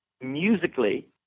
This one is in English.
musically